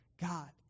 God